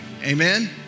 Amen